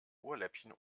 ohrläppchen